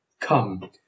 Come